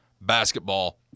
basketball